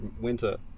winter